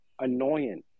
annoying